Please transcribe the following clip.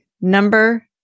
Number